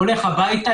הולך הביתה.